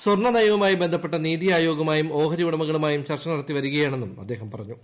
സ്വർണ്ണനയവു മായി ബന്ധപ്പെട്ട് നിതി ആയോഗുമായും ഓഹരി ഉടമകളുമായും ചർച്ച നടത്തി വരികയാണെന്നും അദ്ദേഹം പറഞ്ഞു